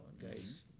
guys